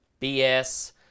BS